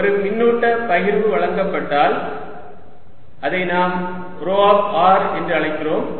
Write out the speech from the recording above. ஒரு மின்னூட்ட பகிர்வு வழங்கப்பட்டால் அதை நாம் ρ ஆப் r என்று அழைக்கிறோம்